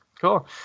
cool